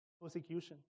Persecution